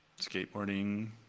skateboarding